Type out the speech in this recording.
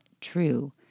true